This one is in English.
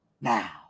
now